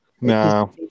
No